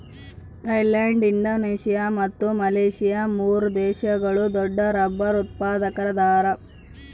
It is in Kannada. ಥೈಲ್ಯಾಂಡ್ ಇಂಡೋನೇಷಿಯಾ ಮತ್ತು ಮಲೇಷ್ಯಾ ಮೂರು ದೇಶಗಳು ದೊಡ್ಡರಬ್ಬರ್ ಉತ್ಪಾದಕರದಾರ